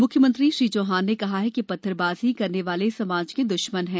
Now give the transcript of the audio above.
म्ख्यमंत्री श्री चौहान ने कहा कि पत्थरबाजी करने वाले समाज के दश्मन हैं